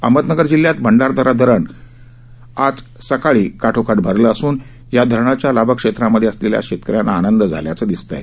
अहमदनगर जिल्ह्यात भंडारादरा धरण रविवारी सकाळी काठोकाठ भरले असून या धरणाच्या लाभक्षेत्रामध्ये असलेल्या शेतक यांना आनंद झाला असल्याचे दिसत आहे